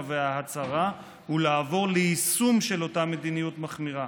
וההצהרה ולעבור ליישום של אותה מדיניות מחמירה",